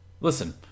listen